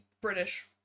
british